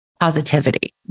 positivity